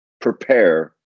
prepare